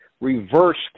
reversed